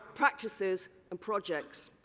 practices and projects.